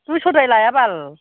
दुइ स' द्राय लाया बाल